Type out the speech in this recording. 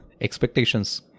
Expectations